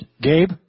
Gabe